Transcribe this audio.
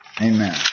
Amen